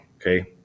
okay